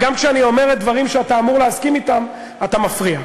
גם כשאני אומר דברים שאתה אמור להסכים אתם אתה מפריע.